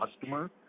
customer